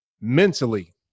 mentally